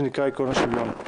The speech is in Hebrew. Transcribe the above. שנקרא עקרון השוויון.